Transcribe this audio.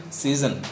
season